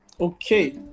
Okay